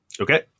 okay